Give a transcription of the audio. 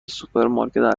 سوپرمارکت